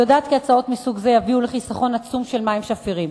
אני יודעת כי פעולות מסוג זה יביאו לחיסכון עצום של מים שפירים,